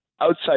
outside